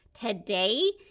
today